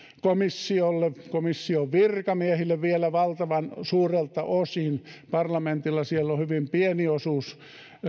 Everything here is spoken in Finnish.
komissiolle komission virkamiehille vielä valtavan suurelta osin parlamentilla siellä on hyvin pieni osuus